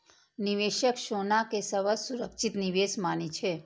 निवेशक सोना कें सबसं सुरक्षित निवेश मानै छै